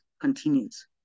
continues